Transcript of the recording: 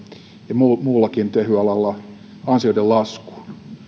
ja muuallakin tehyn alalla ansioiden laskuun